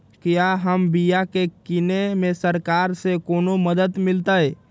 क्या हम बिया की किने में सरकार से कोनो मदद मिलतई?